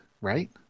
right